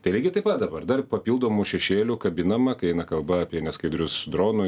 tai lygiai taip pat dabar dar papildomų šešėlių kabinama kai eina kalba apie neskaidrius dronų